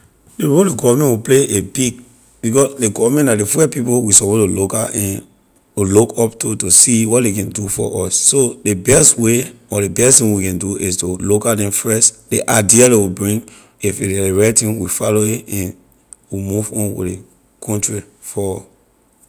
Ley role ley government will play a big because ley government la first people suppose to looka and to look up to to see what ley can do for us so ley best way or ley best one we can do is to looka neh first ley idea ley will bring if a ley right thing we follow a and we move on with ley country forward